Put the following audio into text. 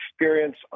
experience